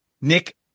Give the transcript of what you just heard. Nick